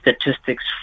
statistics